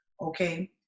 Okay